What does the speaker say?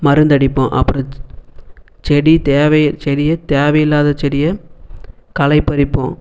மருந்து அடிப்போம் அப்புறோம் செடி தேவை செடியே தேவை இல்லாத செடியை களைப்பறிப்போம்